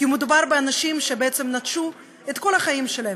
כי מדובר באנשים שבעצם נטשו את כל החיים שלהם,